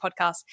podcast